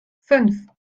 fünf